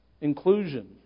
Inclusion